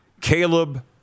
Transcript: Caleb